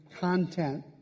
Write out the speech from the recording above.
content